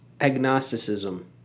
Agnosticism